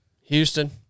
Houston